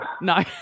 no